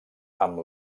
amb